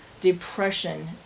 depression